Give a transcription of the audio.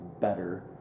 better